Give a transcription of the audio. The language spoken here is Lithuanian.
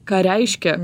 ką reiškia